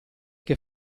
che